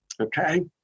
okay